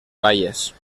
baies